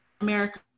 america